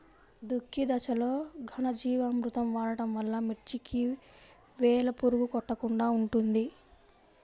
దుక్కి దశలో ఘనజీవామృతం వాడటం వలన మిర్చికి వేలు పురుగు కొట్టకుండా ఉంటుంది?